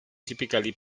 typically